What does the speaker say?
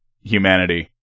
humanity